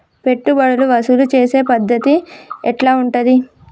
పెట్టుబడులు వసూలు చేసే పద్ధతి ఎట్లా ఉంటది?